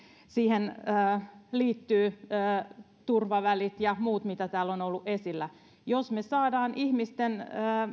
siihen liittyvät turvavälit ja muut mitä täällä on ollut esillä jos me saamme ihmisten